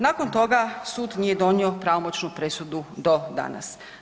Nakon toga sud nije donio pravomoćnu presudu do danas.